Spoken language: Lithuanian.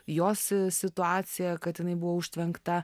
jos situaciją kad jinai buvo užtvenkta